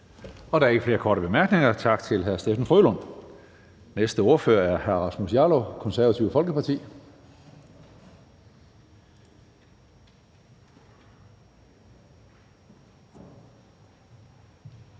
Der er ikke flere korte bemærkninger. Tak til hr. Steffen W. Frølund. Næste ordfører er hr. Rasmus Jarlov, Konservative Folkeparti.